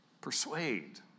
persuade